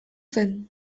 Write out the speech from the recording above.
zen